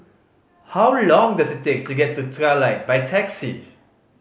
how long does it take to get to Trilight by taxi